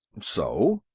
so?